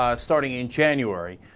ah starting in january